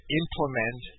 implement